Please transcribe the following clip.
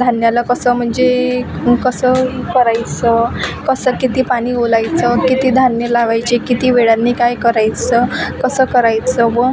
धान्याला कसं म्हणजे कसं करायचं कसं किती पाणी ओलायचं किती धान्य लावायची किती वेळाने काय करायचं कसं करायचं व